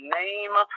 name